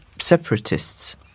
Separatists